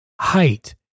Height